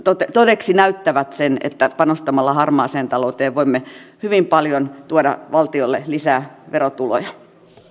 näyttävät todeksi sen että panostamalla harmaaseen talouteen voimme hyvin paljon tuoda valtiolle lisää verotuloja